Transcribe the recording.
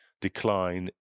decline